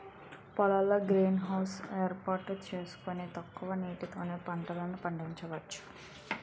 పొలాల్లో greenhouse ఏర్పాటు సేసుకొని తక్కువ నీటితో పంటలు పండించొచ్చు